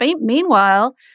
meanwhile